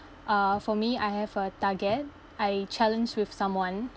uh for me I have a target I challenge with someone